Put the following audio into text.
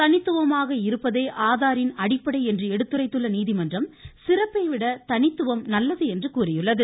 தனித்துவமாக இருப்பதே ஆதாரின் அடிப்படை என்று எடுத்துரைத்துள்ள நீதிமன்றம் சிறப்பை விட தனித்துவம் நல்லது என்று கூறியுள்ளது